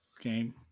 game